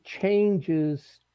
changes